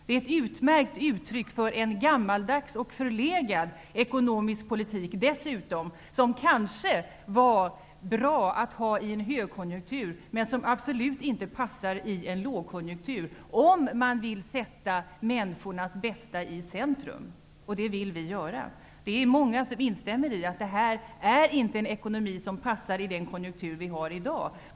De är dessutom ett utmärkt uttryck för en gammaldags och förlegad ekonomisk politik som kanske var bra att ha i en högkonjunktur, men som absolut inte passar i en lågkonjunktur om man vill sätta människornas bästa i centrum. Det vill vi göra. Det finns många som instämmer i att detta inte är en ekonomi som passar i den konjunktur som vi har i dag.